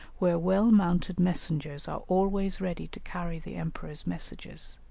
where well-mounted messengers are always ready to carry the emperor's messages.